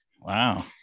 Wow